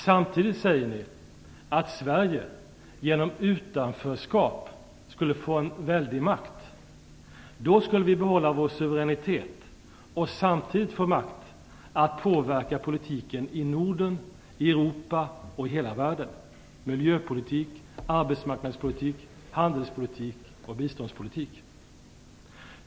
Samtidigt säger ni att Sverige genom utanförskap skulle få en väldig makt. Då skulle vi behålla vår suveränitet och samtidigt få makt att påverka politiken i Norden, i Europa och i hela världen - miljöpolitik, arbetsmarknadspolitik, handelspolitik och biståndspolitik.